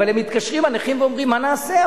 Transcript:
אבל מתקשרים הנכים ואומרים: מה נעשה,